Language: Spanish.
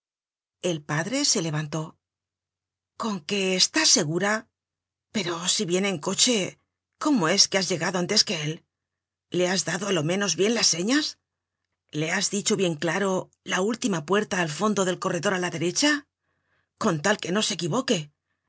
el padre se levantó con que estás segura pero si viene en coche cómo es que has llegado antes que él le has dado á lo menos bien las señas le has dicho bien claro la última puerta al fondo del corredor á la derecha con tal que no se equivoque le